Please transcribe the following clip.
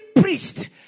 priest